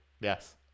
Yes